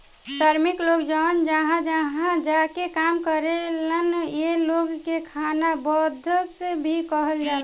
श्रमिक लोग जवन जगह जगह जा के काम करेलन ए लोग के खानाबदोस भी कहल जाला